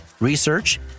Research